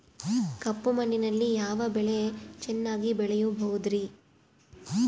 ಕಪ್ಪು ಮಣ್ಣಿನಲ್ಲಿ ಯಾವ ಬೆಳೆ ಚೆನ್ನಾಗಿ ಬೆಳೆಯಬಹುದ್ರಿ?